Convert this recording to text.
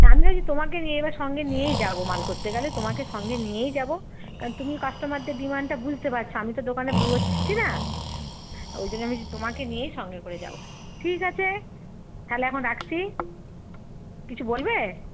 হ্যাঁ আমি ভাবছি তোমাকে নিয়ে এবার সঙ্গে নিয়েই যাবো মাল করতে গেলে তোমাকে সঙ্গে নিয়েই যাবো কারণ তুমি কাস্টমারদের ডিমান্ডটা বুঝতে পারছো আমি তো দোকানে বসছি না ওই জন্য আমি ভাবছি তোমাকে নিয়েই সঙ্গে করে যাবো ঠিক আছে তাহলে এখন রাখছি কিছু বলবে